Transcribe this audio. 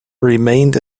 remained